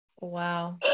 Wow